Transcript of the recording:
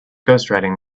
ghostwriting